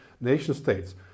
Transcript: nation-states